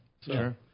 Sure